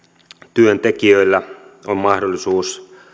työntekijöillä on mahdollisuus